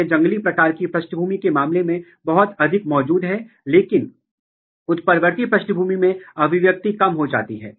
तो इस तरह की अभिव्यक्ति या आनुवंशिक नेटवर्क विश्लेषण करके आप आनुवंशिक विनियमन की भविष्यवाणी कर सकते हैं